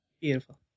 Beautiful